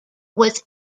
was